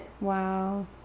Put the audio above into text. Wow